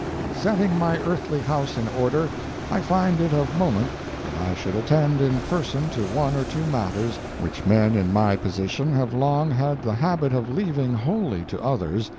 in setting my earthly house in order i find it of moment that i should attend in person to one or two matters which men in my position have long had the habit of leaving wholly to others,